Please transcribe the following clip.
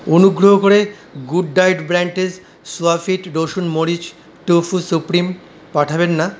অনুগ্রহ করে good diet ব্র্যান্ডের সোয়ফিট রসুন মরিচ টফু সুপ্রিম পাঠাবেন না